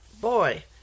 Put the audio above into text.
boy